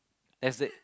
as in